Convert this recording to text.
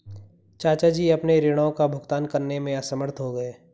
चाचा जी अपने ऋणों का भुगतान करने में असमर्थ हो गए